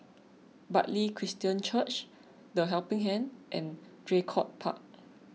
Bartley Christian Church the Helping Hand and Draycott Park